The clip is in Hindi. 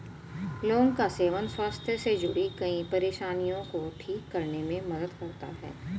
लौंग का सेवन स्वास्थ्य से जुड़ीं कई परेशानियों को ठीक करने में मदद करता है